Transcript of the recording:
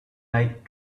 light